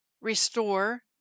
restore